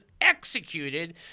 executed